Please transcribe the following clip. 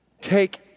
take